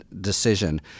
decision